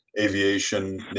aviation